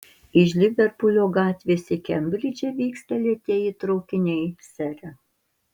iš liverpulio gatvės į kembridžą vyksta lėtieji traukiniai sere